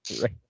right